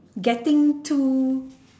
getting to